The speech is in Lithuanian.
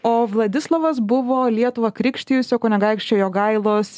o vladislovas buvo lietuvą krikštijusio kunigaikščio jogailos